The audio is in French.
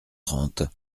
trente